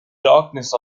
darkness